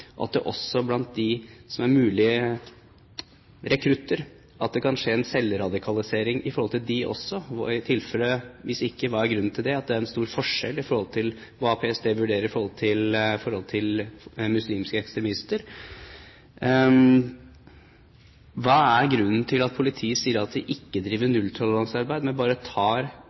at det kan skje en selvradikalisering også blant dem som er mulige rekrutter? Og hvis ikke: Hva er grunnen til at det er en stor forskjell i forhold til PSTs vurdering av muslimske ekstremister? Hva er grunnen til at politiet sier at de ikke driver nulltoleranse-arbeid, men bare tar